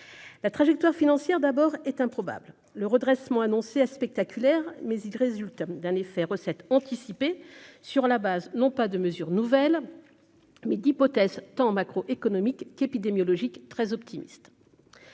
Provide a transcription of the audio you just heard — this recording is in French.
la trajectoire financière d'abord est improbable, le redressement annoncé à spectaculaire mais il résulte d'un effet recettes anticipées sur la base non pas de mesures nouvelles mais d'hypothèses tant macro-économique qui épidémiologique très optimiste,